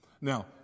Now